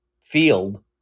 field